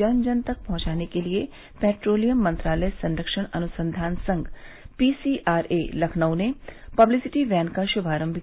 जन जन तक पहुंचाने के लिए पेट्रोलियम मंत्रालय संरक्षण अनुसंधान संघ पीसीआरए लखनऊ ने पब्लिसिटी वैन का शुभारम्भ किया